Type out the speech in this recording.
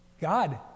God